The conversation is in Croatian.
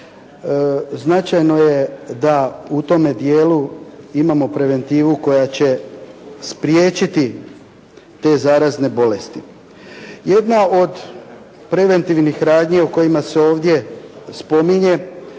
značajno je da u tome dijelu imamo preventivu koja će spriječiti te zarazne bolesti. Jedna od preventivnih radnji o kojima se ovdje spominje